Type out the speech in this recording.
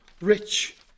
rich